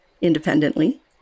independently